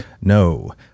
No